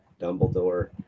Dumbledore